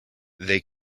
they